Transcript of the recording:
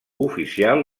oficial